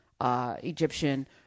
Egyptian